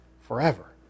Forever